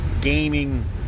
gaming